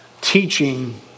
teaching